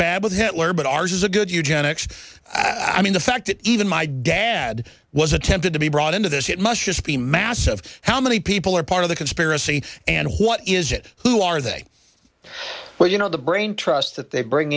bad with hitler but ours is a good eugenics i mean the fact that even my dad was attempted to be brought into this it must just be massive how many people are part of the conspiracy and what is it who are they what you know the brain trust that they bring